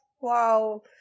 wow